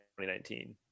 2019